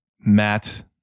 Matt